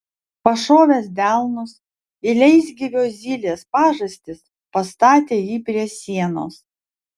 pašovęs delnus į leisgyvio zylės pažastis pastatė jį prie sienos